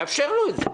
צריך לאפשר לו את זה.